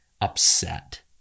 upset